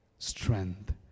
strength